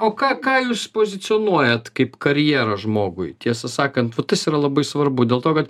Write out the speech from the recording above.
o ką ką jūs pozicionuojant kaip karjerą žmogui tiesą sakant tas yra labai svarbu dėl to kad